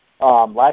Last